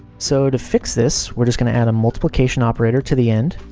so, to fix this, we're just going to add a multiplication operator to the end,